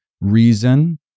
reason